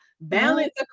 balance